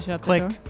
Click